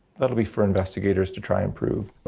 that'll be for investigators to try and prove.